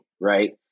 Right